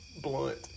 blunt